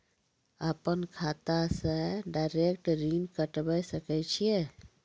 अपन खाता से डायरेक्ट ऋण कटबे सके छियै?